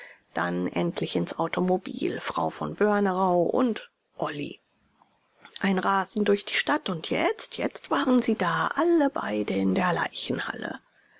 dann endlich ins automobil frau von börnerau und olly ein rasen durch die stadt und jetzt jetzt waren sie da alle beide in der leichenhalle